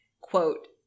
quote